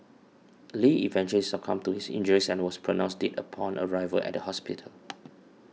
Lee eventually succumbed to his injuries and was pronounced dead upon arrival at the hospital